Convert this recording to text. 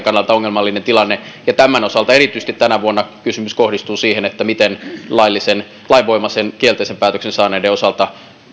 kannalta ongelmallinen tilanne ja erityisesti tämän osalta tänä vuonna kysymys kohdistuu siihen miten lainvoimaisen kielteisen päätöksen saaneiden osalta